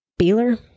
Beeler